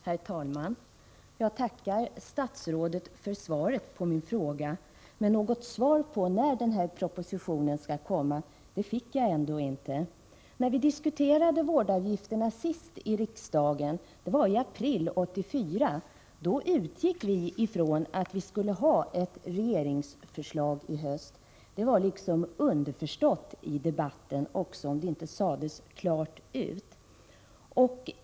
Herr talman! Jag tackar statsrådet för svaret på min fråga. Något svar på när propositionen skall komma fick jag ändå inte. Det var i april 1984 när vi senast diskuterade vårdavgifterna här i riksdagen. Då utgick vi från att vi skulle ha ett regeringsförslag i höst. Det var liksom underförstått i debatten, även om det inte sades klart ut.